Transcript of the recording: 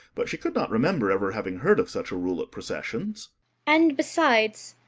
but she could not remember ever having heard of such a rule at processions and besides,